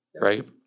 Right